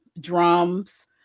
drums